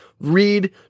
read